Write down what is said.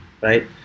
right